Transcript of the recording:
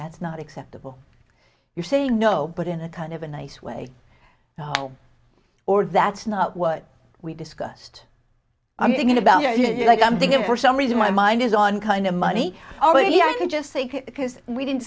that's not acceptable you're saying no but in a kind of a nice way oh or that's not what we discussed i'm thinking about are you like i'm thinking for some reason my mind is on kind of money already i can just say because we didn't